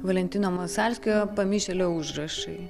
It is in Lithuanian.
valentino masalskio pamišėlio užrašai